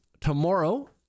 tomorrow